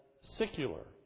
secular